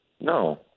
No